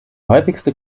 häufigste